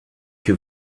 que